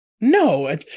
no